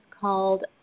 called